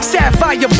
Sapphire